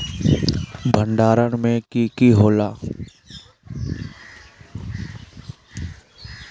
भण्डारण में की की होला?